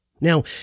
Now